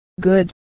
good